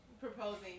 proposing